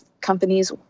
companies